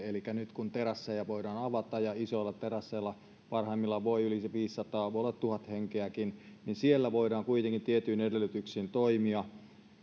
elikkä nyt kun terasseja voidaan avata ja isoilla terasseilla parhaimmillaan voi olla yli sen viisisataa voi olla tuhatkin henkeä niin siellä voidaan kuitenkin tietyin edellytyksin